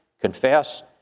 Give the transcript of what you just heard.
confess